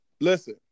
Listen